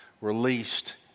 released